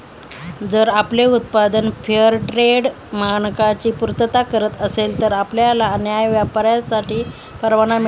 जर आपले उत्पादन फेअरट्रेड मानकांची पूर्तता करत असेल तर आपल्याला न्याय्य व्यापारासाठी परवाना मिळेल